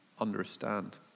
understand